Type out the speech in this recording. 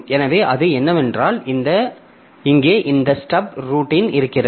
எனவே அது என்னவென்றால் இங்கே இந்த ஸ்டப் ரூட்டின் இருக்கிறது